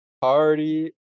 party